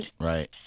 Right